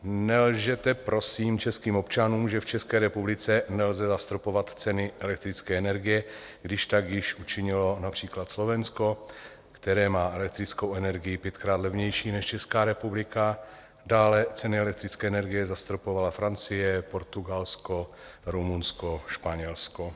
Nelžete, prosím, českým občanům, že v České republice nelze zastropovat ceny elektrické energie, když tak již učinilo například Slovensko, které má elektrickou energii pětkrát levnější než Česká republika, dále ceny elektrické energie zastropovala Francie, Portugalsko, Rumunsko a Španělsko.